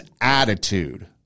attitude